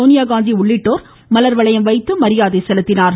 சோனியா காந்தி உள்ளிட்டோர் மலர் வளையம் வைத்து மரியாதை செலுத்தினார்கள்